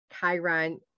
Chiron